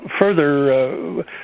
further